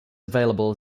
available